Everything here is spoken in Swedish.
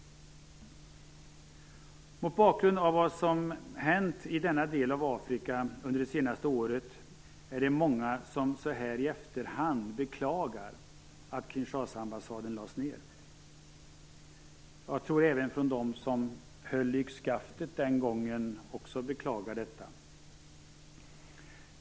Mot bakgrund av vad som hänt i denna del av Afrika under det senaste året är det många som i efterhand beklagar att Kinshasaambassaden lades ned. Jag tror att också de som höll i yxskaftet den gången beklagar det.